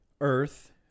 Earth